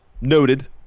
noted